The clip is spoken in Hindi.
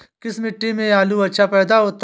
किस मिट्टी में आलू अच्छा पैदा होता है?